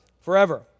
forever